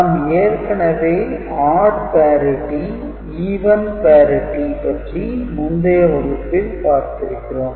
நாம் ஏற்கனவே "Odd parity" "Even parity" பற்றி முந்தைய வகுப்பில் பார்த்திருக்கிறோம்